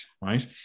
right